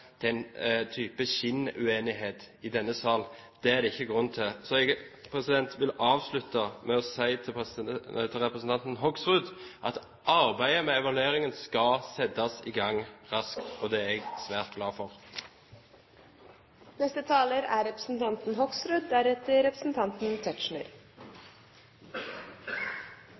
type skinnuenighet i denne sal. Det er det ikke grunn til. Jeg vil avslutte med å si til representanten Hoksrud at arbeidet med evalueringen skal settes i gang raskt, og det er jeg svært glad for. Bård Hoksrud har hatt ordet to ganger og får ordet til en kort merknad, begrenset til 1 minutt. Representanten